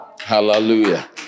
Hallelujah